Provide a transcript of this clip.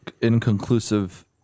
inconclusive